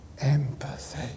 empathy